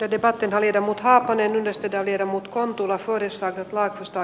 äiti päätti viedä mut haapanen yhdistetään jermut kontula suojissa laaksosta